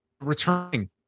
returning